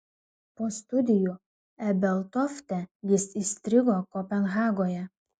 po studijų ebeltofte jis įstrigo kopenhagoje